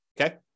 okay